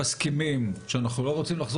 שבמסגרת רה-ארגוניזציה שעושים ממש בימים אלה במשרד